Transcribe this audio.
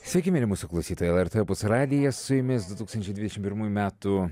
sveiki mieli mūsų klausytojai lrt opus radijas su jumis du tūkstančiai dvidešimt pirmųjų metų